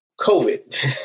COVID